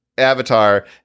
Avatar